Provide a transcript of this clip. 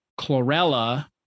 chlorella